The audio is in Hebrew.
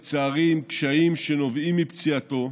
לצערי, עם קשיים שנובעים מפציעתו,